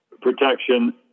protection